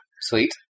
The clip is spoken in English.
Sweet